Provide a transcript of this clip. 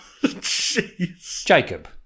Jacob